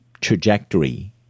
trajectory